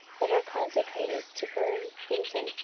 that are consecrated to burn incense